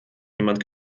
niemand